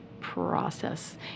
process